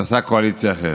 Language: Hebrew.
ועשה קואליציה אחרת.